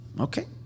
Okay